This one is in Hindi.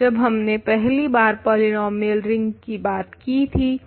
जब हमने पहली बार पोलिनोमियल रिंग की बात की थी